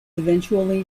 eventually